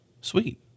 sweet